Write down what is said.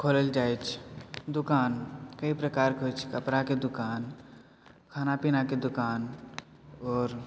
खोलल जाइत छै दोकान कै प्रकारके होइत छै कपड़ाके दोकान खाना पीनाके दोकान आओर